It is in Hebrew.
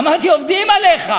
אוהבים אותו.